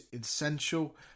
essential